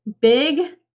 big